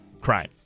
crime